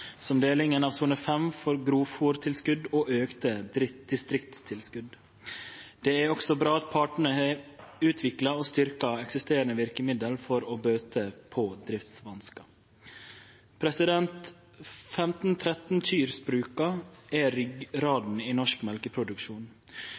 som delinga av sone 5 for grovfôrtilskot og auka distriktstilskot. Det er også bra at partane har utvikla og styrkt eksisterande verkemiddel for å bøte på driftsvanskar. 15–30-kyrsbruka er